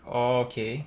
orh okay